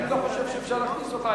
אני לא חושב שאפשר להכניס אותה.